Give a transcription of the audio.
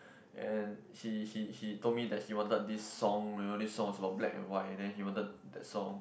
and he he he told me that he wanted this song you know this song is about black and white and then he wanted that song